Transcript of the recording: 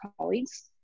colleagues